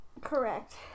Correct